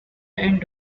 end